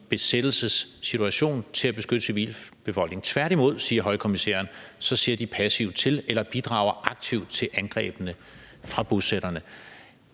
besættelsessituation til at beskytte civilbefolkningen; tværtimod, siger højkommissæren, ser de passivt til eller bidrager aktivt til angrebene fra bosætterne.